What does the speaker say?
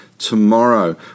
tomorrow